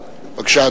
בבקשה,